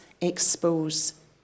expose